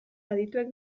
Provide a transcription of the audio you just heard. adituek